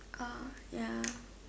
oh ya